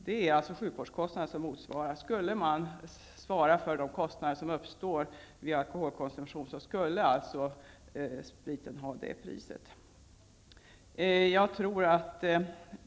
Om alkoholen skulle svara för de kostnader som den förorsakar, skulle spriten ligga på detta pris.